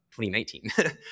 2019